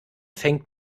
fängt